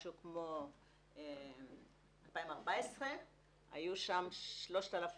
משהו כמו 2014. היו שם 3,024